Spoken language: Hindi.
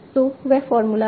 तो वह फार्मूला है